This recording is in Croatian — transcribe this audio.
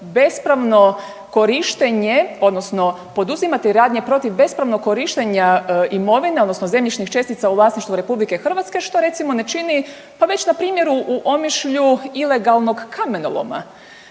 bespravno korištenje odnosno poduzimati radnje protiv bespravnog korištenja imovine odnosno zemljišnih čestica u vlasništvu RH što recimo ne čini pa već na primjeru u Omišlju ilegalnog kamenoloma.